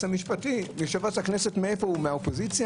המשפטי יושב-ראש הכנסת הוא מהאופוזיציה?